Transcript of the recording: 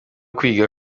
kwiga